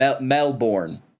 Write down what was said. Melbourne